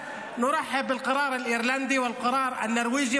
והוא מתגרה בפלסטינים ומתגרה במוסלמים.